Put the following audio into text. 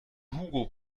hugo